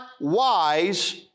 wise